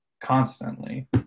constantly